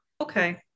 okay